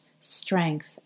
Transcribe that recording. strength